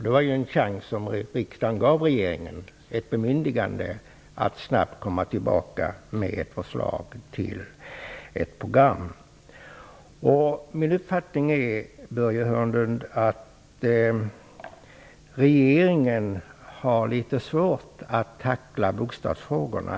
Det var ju en chans som riksdagen gav regeringen, ett bemyndigande att snabbt komma tillbaka med ett förslag till program. Min uppfattning är, Börje Hörnlund, att regeringen har litet svårt att tackla bokstavsfrågorna.